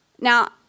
Now